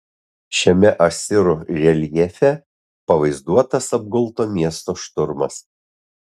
šiame asirų reljefe pavaizduotas apgulto miesto šturmas